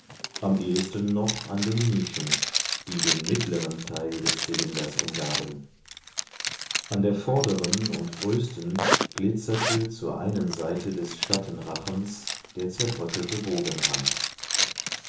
am ehesten noch an den nischen die den mittleren teil des zylinders umgaben an der vorderen und größten glitzerte zur einen seite des schattenrachens der zerbröckelte